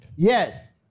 Yes